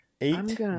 eight